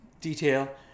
detail